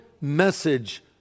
message